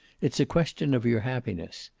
it's a question of your happiness.